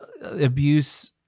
abuse